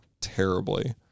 terribly